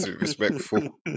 respectful